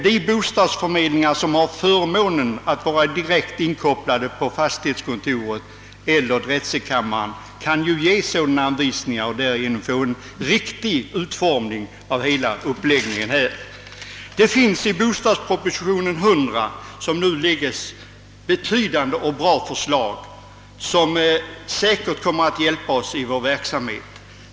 De bostadsförmedlingar som har förmånen att vara direkt inkopplade på fastighetskontoret eller drätselkammaren kan lättare få till stånd en riktig utformning av hela uppläggningen. Det finns i bostadspropositionen nr 100 betydelsefulla och goda förslag som säkert kommer att vara till hjälp i denna verksamhet.